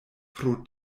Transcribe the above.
pro